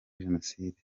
jenoside